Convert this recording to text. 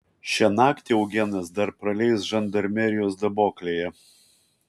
šią naktį eugenas dar praleis žandarmerijos daboklėje